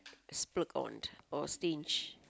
splurge on or stinge